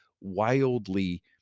wildly